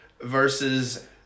versus